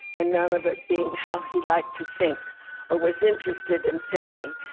and none of it being how he liked to think or was interested in thinking.